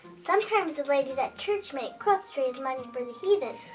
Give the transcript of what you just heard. sometimes the ladies at church make quilts to raise money for the heathen.